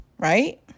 Right